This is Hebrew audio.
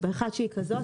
באחת שהיא כזו,